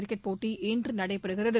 cricket போட்டி இன்று நடைபெறுகிறது